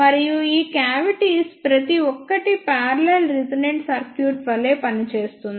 మరియు ఈ కావిటీస్ ప్రతి ఒక్కటి పార్లల్ రెసోనెంట్ సర్క్యూట్ వలె పనిచేస్తుంది